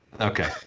Okay